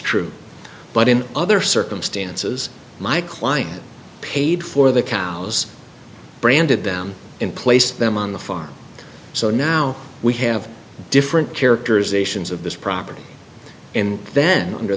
true but in other circumstances my client paid for the cows branded them in place them on the farm so now we have different characters ations of this property in then under